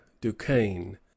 duquesne